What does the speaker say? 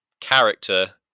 Character